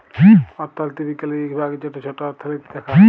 অথ্থলিতি বিজ্ঞালের ইক ভাগ যেট ছট অথ্থলিতি দ্যাখা হ্যয়